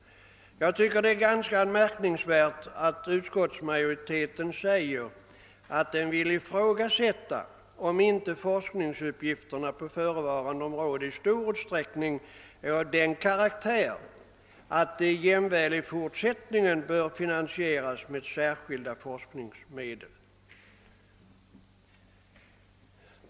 Jag tycker det är anmärkningsvärt att utskottsmajoriteten säger att man vill »ifrågasätta om inte forskningsuppgifterna på förevarande område i stor utsträckning är av den karaktär att de jämväl i fortsättningen bör finansieras med särskilda forskningsmedel».